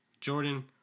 Jordan